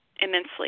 immensely